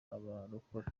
abarokore